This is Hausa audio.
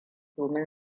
domin